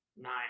Nine